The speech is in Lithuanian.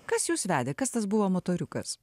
kas jus vedė kas tas buvo motoriukas